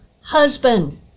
husband